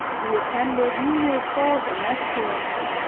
we attended numerous balls and masquerades,